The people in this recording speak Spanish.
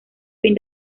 fin